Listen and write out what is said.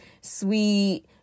sweet